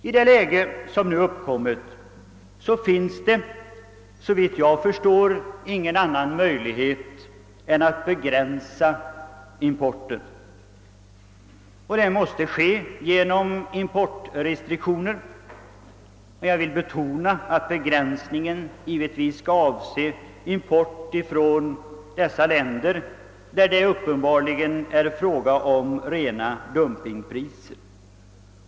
I det läge som nu uppkommit finns såvitt jag förstår ingen annan möjlighet än att begränsa importen. Detta måste ske genom importrestriktioner, och jag vill betona att begränsningen givetvis skall avse import från dessa länder där det upppenbart är fråga om rena dumpingpriser.